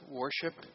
worship